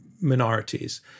minorities